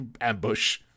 ambush